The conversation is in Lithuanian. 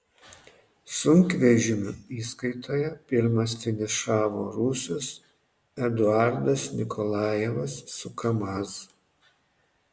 sunkvežimių įskaitoje pirmas finišavo rusas eduardas nikolajevas su kamaz